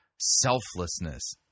selflessness